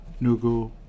Nugu